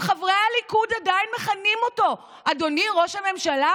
אם חברי הליכוד עדיין מכנים אותו אדוני ראש הממשלה,